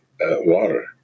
water